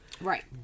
Right